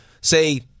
say